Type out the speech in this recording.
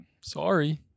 Sorry